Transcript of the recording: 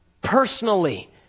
personally